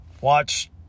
watch